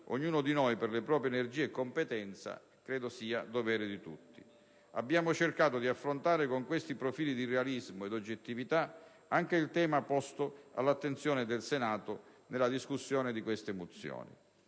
ognuno di noi per le proprie energie e competenza, credo sia dovere di tutti. Abbiamo cercato di affrontare con questi profili di realismo e oggettività anche il tema posto all'attenzione del Senato nella discussione di queste mozioni.